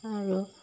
আৰু